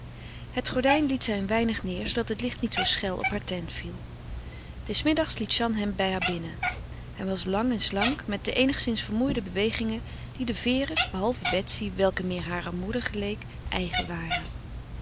het gordijn liet zij een weinig neêr zoodat het licht niet zoo schel op heur teint viel des middags liet jeanne hem bij haar binnen hij was lang en slank met de eenigszins vermoeide bewegingen die de vere's behalve betsy welke meer harer moeder geleek eigen waren